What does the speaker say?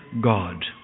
God